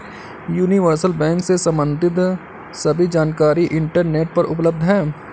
universal bank से सम्बंधित सभी जानकारी इंटरनेट पर उपलब्ध है